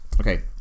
Okay